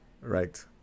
right